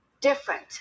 different